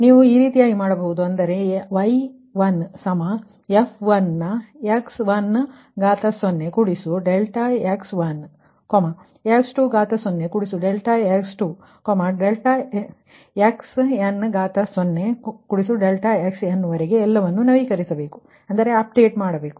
ಆದ್ದರಿಂದ ಇದು 43 ನೇ ಸಮೀಕರಣವಾಗಿದೆ